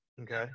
Okay